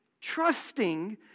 Trusting